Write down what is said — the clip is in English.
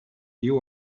you